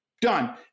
done